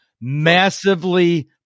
massively